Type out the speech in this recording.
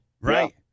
Right